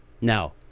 Now